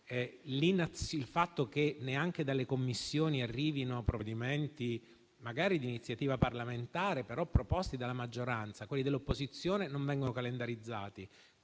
del Paese. Neanche dalle Commissioni arrivano provvedimenti, magari di iniziativa parlamentare, però proposti dalla maggioranza; quelli dell'opposizione non vengono calendarizzati;